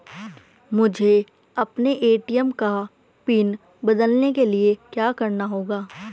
मुझे अपने ए.टी.एम का पिन बदलने के लिए क्या करना होगा?